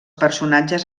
personatges